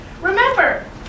Remember